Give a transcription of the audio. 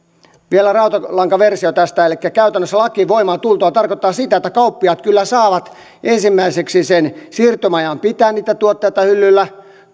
vielä rautalankaversio tästä elikkä käytännössä laki voimaan tultuaan tarkoittaa sitä että kauppiaat kyllä saavat ensimmäiseksi sen siirtymäajan pitää niitä tuotteita hyllyllä